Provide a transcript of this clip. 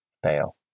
fail